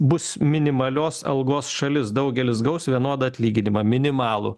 bus minimalios algos šalis daugelis gaus vienodą atlyginimą minimalų